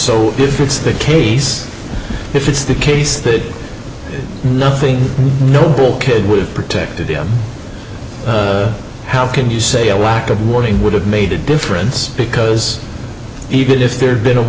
so if it's the case if it's the case that nothing noble kid would have protected him how can you say a lack of warning would have made a difference because even if there'd been a